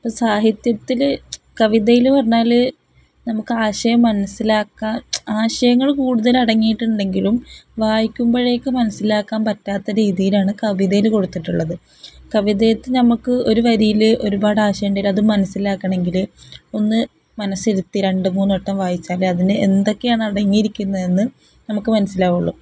ഇപ്പോള് സാഹിത്യത്തില് കവിതയിലെന്നു പറഞ്ഞാല് നമുക്ക് ആശയം മനസ്സിലാക്കാൻ ആശയങ്ങള് കൂടുതൽ അടങ്ങിയിട്ടുണ്ടെങ്കിലും വായിക്കുമ്പോഴേക്കു മനസ്സിലാക്കാൻ പറ്റാത്ത രീതിയിലാണ് കവിതയില് കൊടുത്തിട്ടുള്ളത് കവിതയില് നമ്മള്ക്ക് ഒരു വരിയില് ഒരുപാട് ആശയമുണ്ടാകും അതു മനസ്സിലാക്കണമെങ്കില് ഒന്നു മനസ്സിരുത്തി രണ്ടുമൂന്നു വട്ടം വായിച്ചാലേ അതിന് എന്തൊക്കെയാണ് അടങ്ങിയിരിക്കുന്നതെന്നു നമുക്കു മനസ്സിലാവുകയുള്ളൂ